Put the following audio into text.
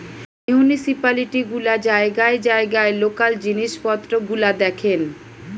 municipality গুলা জায়গায় জায়গায় লোকাল জিনিস পত্র গুলা দেখেন